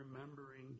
remembering